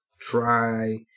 try